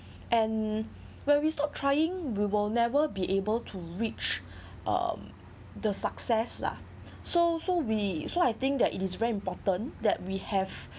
and where we stop trying we will never be able to reach um the success lah so so we so I think that it is very important that we have